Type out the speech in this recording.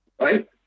Right